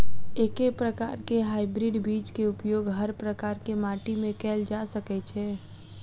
एके प्रकार केँ हाइब्रिड बीज केँ उपयोग हर प्रकार केँ माटि मे कैल जा सकय छै?